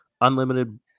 unlimited